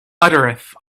uttereth